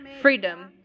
freedom